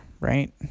right